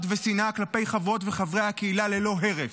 פחד ושנאה כלפי חברות וחברי הקהילה ללא הרף.